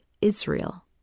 Israel